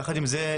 יחד עם זאת,